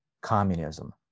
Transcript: communism